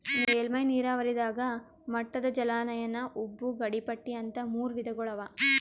ಮೇಲ್ಮೈ ನೀರಾವರಿದಾಗ ಮಟ್ಟದ ಜಲಾನಯನ ಉಬ್ಬು ಗಡಿಪಟ್ಟಿ ಅಂತ್ ಮೂರ್ ವಿಧಗೊಳ್ ಅವಾ